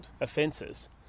offences